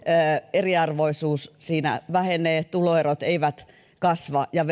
eriarvoisuus vähenee tuloerot eivät kasva ja